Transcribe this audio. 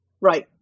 Right